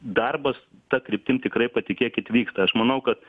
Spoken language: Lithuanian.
darbas ta kryptim tikrai patikėkit vyksta aš manau kad